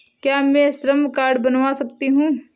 क्या मैं श्रम कार्ड बनवा सकती हूँ?